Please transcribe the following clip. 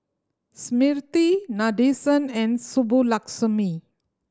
Smriti Nadesan and Subbulakshmi